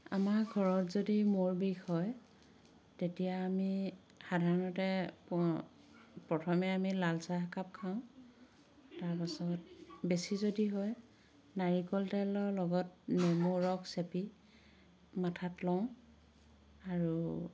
আমাৰ ঘৰত যদি মূৰ বিষ হয় তেতিয়া আমি সাধাৰণতে প্ৰথমে আমি লাল চাহ একাপ খাওঁ তাৰপাছত বেছি যদি হয় নাৰিকল তেলৰ লগত নেমু ৰস চেপি মাথাত লওঁ আৰু